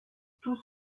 tout